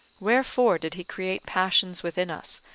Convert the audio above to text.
wherefore did he create passions within us,